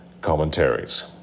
commentaries